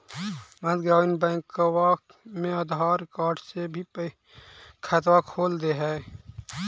मध्य ग्रामीण बैंकवा मे आधार कार्ड से भी खतवा खोल दे है?